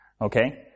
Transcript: Okay